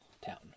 town